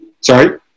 Sorry